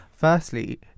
Firstly